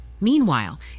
Meanwhile